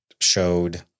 showed